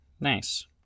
Nice